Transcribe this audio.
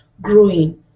growing